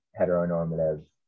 heteronormative